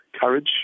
courage